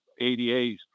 ADAs